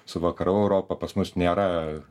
su vakarų europa pas mus nėra